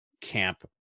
camp